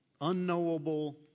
unknowable